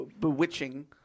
bewitching